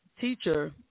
teacher